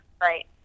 right